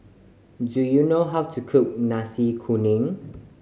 do you know how to cook Nasi Kuning